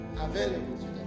available